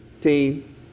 team